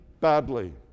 badly